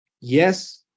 yes